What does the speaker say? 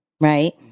right